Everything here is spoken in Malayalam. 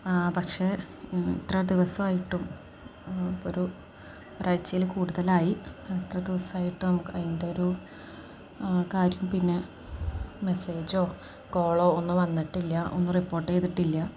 പക്ഷേ ഇത്ര ദിവസമായിട്ടും ഒരു ഒരാഴ്ചയില് കൂടുതലായി ഇത്ര ദിവസമായിട്ട് നമുക്ക് അതിൻ്റെ ഒരു കാര്യവും പിന്നെ മെസ്സേജോ കോളോ ഒന്നും വന്നിട്ടില്ല ഒന്നും റിപ്പോർട്ട് ചെയ്തിട്ടില്ല